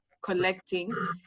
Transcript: Collecting